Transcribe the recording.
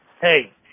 Hey